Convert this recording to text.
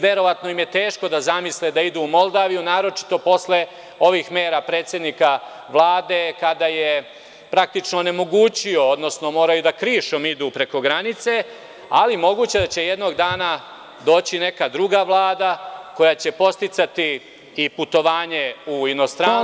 Verovatno im je teško da zamisle da idu u Moldaviju, naročito posle ovih mera predsednika Vlade, kada je onemogućio, odnosno moraju krišom da idu preko granice, ali moguće je da će jednog dana doći neka druga Vlada koja će podsticati putovanje u inostranstvo…